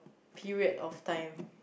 period of time